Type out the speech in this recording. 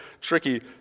tricky